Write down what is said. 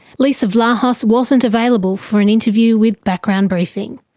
leesa vlahos wasn't available for an interview with background briefing,